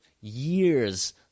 years